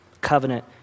Covenant